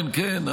כן, כן.